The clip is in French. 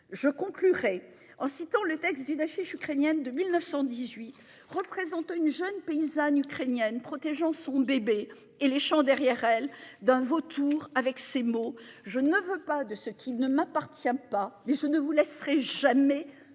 Je conclurai en citant le texte d'une affiche ukrainienne de 1918, représentant une jeune paysanne ukrainienne protégeant son bébé et les champs derrière elle d'un vautour avec ces mots, je ne veux pas de ce qu'il ne m'appartient pas, mais je ne vous laisserai jamais me voler